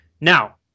Now